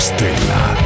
Stella